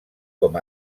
com